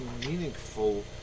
meaningful